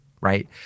Right